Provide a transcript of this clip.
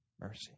mercy